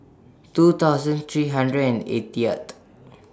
two thousand three hundred and eightieth